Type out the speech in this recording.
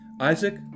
Isaac